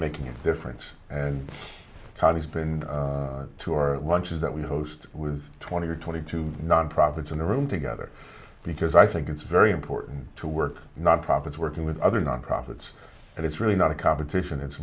making a difference and how he's been to our lunches that we host was twenty or twenty two nonprofits in a room together because i think it's very important to work not profit working with other non profits and it's really not a competition it's